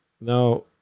Now